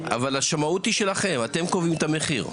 אבל השמאות היא שלכם, אתם קובעים את המחיר.